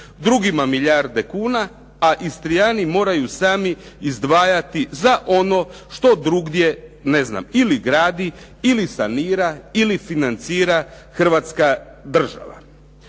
Drugima milijarde kuna, a Istrijani moraju sami izdvajati za ono što drugdje ili gradi ili sanira ili financira Hrvatska država.